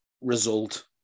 result